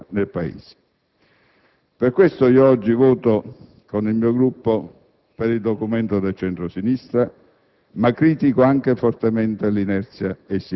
che si trovino i modi utili a consentire al Parlamento di fare luce, di rassicurare, di fugare i timori che una nuova P2 sia davvero all'opera nel Paese.